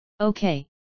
Okay